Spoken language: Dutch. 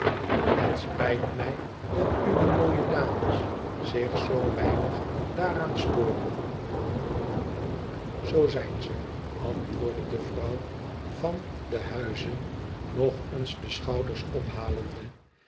het spijt mij dat uwe mooie dames zich zoo weinig daaraan storen zoo zijn ze antwoordde de vrouw van den huize nog eens de chouders ophalende